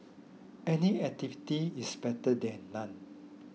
any activity is better than none